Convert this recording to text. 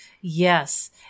yes